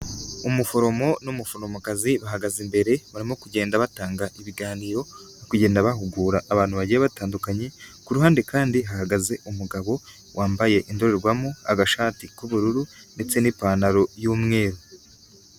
Umuforomo n'umuforomokazi bahagaze imbere barimo kugenda batanga ibiganiro no kugenda bahugura abantu bagiye batandukanye, ku ruhande kandi bahagaze umugabo wambaye indorerwamo, agashati k'ubururu ndetse n'ipantaro y'umweru.